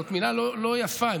זאת מילה לא יפה,